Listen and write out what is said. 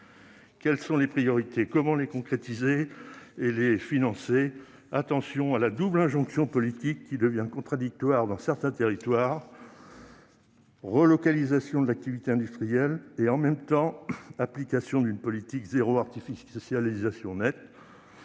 Quelles sont les priorités ? Comment les concrétiser et les financer ? Attention à la double injonction politique qui devient contradictoire dans certains territoires : relocalisation de l'activité industrielle et, « en même temps », application d'une politique « zéro artificialisation nette